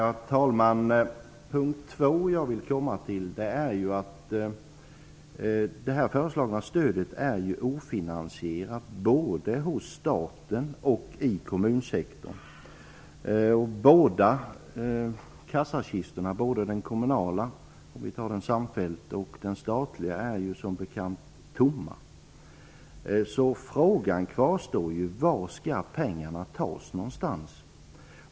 Herr talman! Den andra punkten som jag vill komma till är att det föreslagna stödet är ofinansierat både vad gäller staten och vad gäller kommunsektorn. Både den kommunala - det gäller då samfällt - och den statliga kassakistan är som bekant tomma. Frågan kvarstår därför: Var skall pengarna tas?